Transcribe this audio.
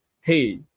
hey